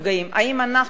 האם אנחנו כאן,